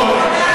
גם הוא יכול.